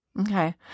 Okay